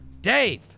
Dave